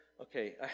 Okay